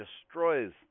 destroys